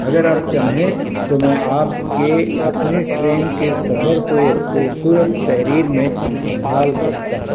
اگر آپ چاہیں تو میں آپ کے اپنے ٹرین کے سفر کو ایک خوبصورت تحریر میں ڈھال سکتا ہوں